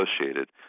associated